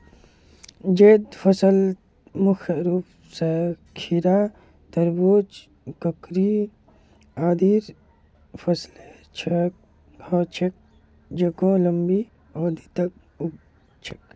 जैद फसलत मुख्य रूप स खीरा, तरबूज, ककड़ी आदिर फसलेर ह छेक जेको लंबी अवधि तक उग छेक